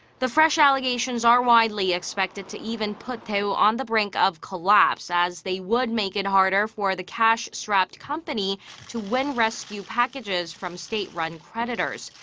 the fresh allegations are widely expected to even put daewoo on the brink of collapse. as they would make it harder for the cash-strapped company to win rescue packages from state-run creditors.